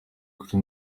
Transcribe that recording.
kuri